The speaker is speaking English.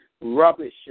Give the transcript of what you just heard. rubbish